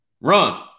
Run